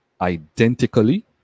identically